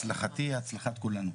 הצלחתי - הצלחת כולנו.